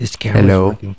Hello